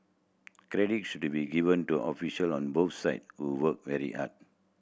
credit should be given to official on both side who worked very hard